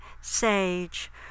sage